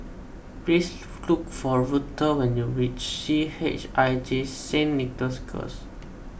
please look for Ruthe when you reach C H I J Saint Nicholas Girls